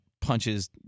punches